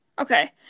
Okay